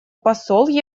посол